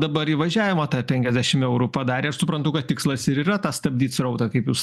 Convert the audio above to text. dabar įvažiavimą tą penkiasdešimt eurų padarė aš suprantu kad tikslas ir yra tą stabdyt srautą kaip jūs